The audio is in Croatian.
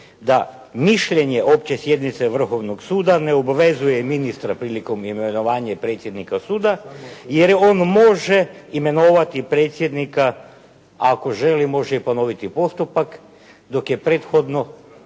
da mišljenje opće sjednice Vrhovnog suda ne obavezuje ministra prilikom imenovanja predsjednika suda jer on može imenovati predsjednika, a ako želi može i ponoviti postupak dok je prethodno